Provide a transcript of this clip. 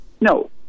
No